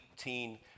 18